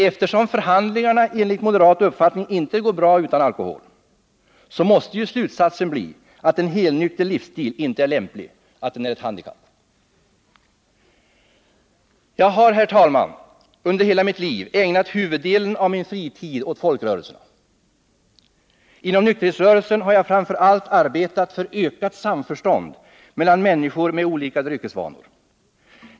Eftersom förhandlingarna enligt moderat uppfattning inte går bra utan alkohol måste ju slutsatsen bli att en helnykter livsstil inte är lämplig, att den är ett handikapp. Jag har, herr talman, under hela mitt liv ägnat huvuddelen av min fritid åt folkrörelserna. Inom nykterhetsrörelsen har jag framför allt arbetat för ökat samförstånd mellan människor med olika dryckesvanor.